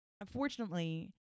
Unfortunately